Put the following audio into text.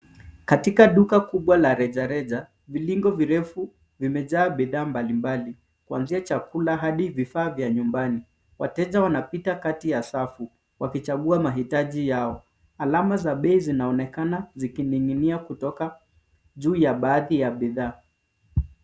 Katika duka kubwa la rejareja vilingo virefu vimejaa bidhaa mbalimbali, kuanzia chakula hadi vifaa vya nyumbani, watejka wanapita kati ya safu wakichagua mahitaji yao, alama za bei zinaonekana zikining'inia kutoka juu ya baadhi ya bidhaa.